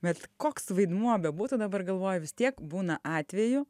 bet koks vaidmuo bebūtų dabar galvoji vis tiek būna atvejų